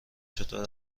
چطور